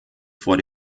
vor